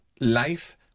life